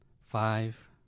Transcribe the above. five